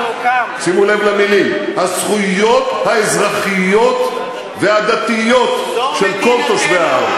שימו לב למילים: הזכויות האזרחיות והדתיות של כל תושבי הארץ.